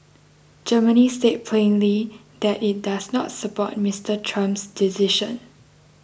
Germany said plainly that it does not support Mister Trump's decision